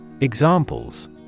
Examples